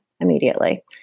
immediately